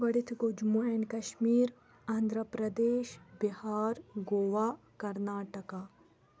گۄڈٮ۪تھٕے گوٚو جموں اینٛڈ کشمیٖر آندھراپرٛدیش بِہار گوا کَرناٹکا